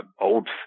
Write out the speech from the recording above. old